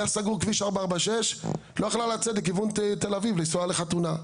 כביש 446 היה סגור והיא לא יכלה לצאת לכיוון תל אביב לנסוע לחתונה,